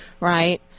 right